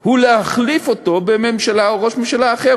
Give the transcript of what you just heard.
הוא להחליף אותו בממשלה או בראש ממשלה אחר,